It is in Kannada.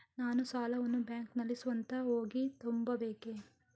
ನಾನು ಸಾಲವನ್ನು ಬ್ಯಾಂಕಿನಲ್ಲಿ ಸ್ವತಃ ಹೋಗಿ ತುಂಬಬೇಕೇ?